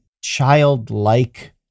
childlike